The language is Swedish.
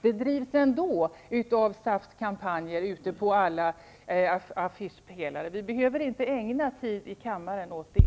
De drivs ändå i SAF:s kampanjer på alla affischpelare. Vi behöver inte ägna tid i kammaren åt det.